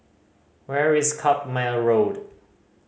where is Carpmael Road